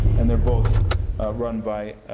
and they're both run by